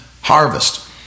harvest